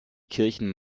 kirchen